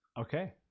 okay